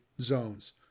zones